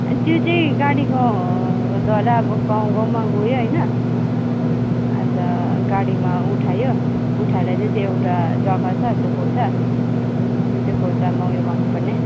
त्यो चाहिँ गाडीकोद्वारा अब गाउँगाउँमा गयो होइन अन्त गाडीमा उठायो उठाएर चाहिँ त्यो एउटा जग्गा छ त्यो खोल्सा अन्त त्यो खोल्सामा उयो गर्नुपर्ने